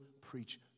preach